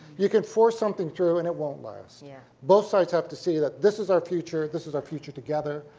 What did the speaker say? you can force something through and it won't last. yeah both sides have to see that this is our future, this is our future together,